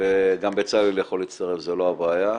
ואוּרי וגם בצלאל יכול להצטרף, זו לא הבעיה,